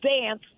dance